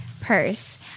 purse